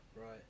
Right